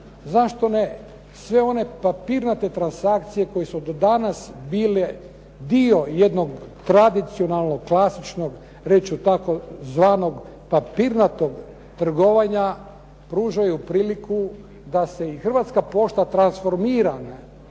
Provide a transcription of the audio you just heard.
Zašto ne? Sve one papirnate transakcije koje su do danas bile dio jednog tradicionalnog, klasičnog reći ću tako zvanog papirnatog trgovanja pružaju priliku da se i Hrvatska pošta transformira na